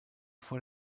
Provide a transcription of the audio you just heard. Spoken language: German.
vor